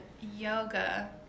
yoga